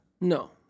No